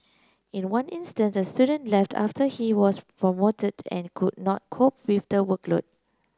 in one instance a student left after he was promoted and could not cope with the workload